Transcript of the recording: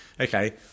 Okay